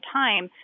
time